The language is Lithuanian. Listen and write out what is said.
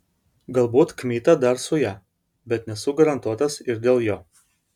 galbūt kmita dar su ja bet nesu garantuotas ir dėl jo